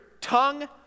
tongue